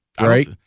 Right